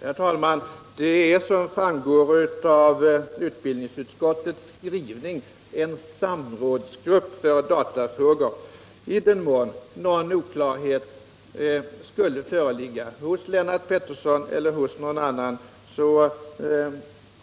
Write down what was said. Herr talman! Det är, som framgår av utbildningsutskottets skrivning, en samrådsgrupp för datafrågor. Om oklarhet om detta förelegat hos Lennart Pettersson eller någon annan hoppas